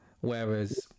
Whereas